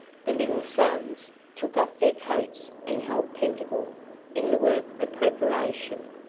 the little sons took off their coats and helped pettingill in the work of preparation.